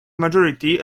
majority